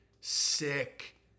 sick